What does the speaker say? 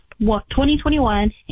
2021